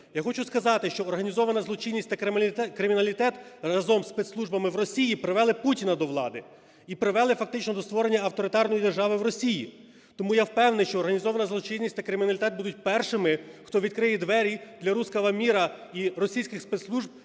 Я хочу сказати, що організована злочинність такриміналітет разом зі спецслужбами в Росії привели Путіна до влади і привели фактично до створення авторитарної держави в Росії. Тому я впевнений, що організована злочинність та криміналітет будуть першими, хто відкриє двері для "русского мира" і російських спецслужб,